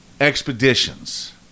expeditions